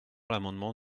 l’amendement